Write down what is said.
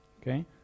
okay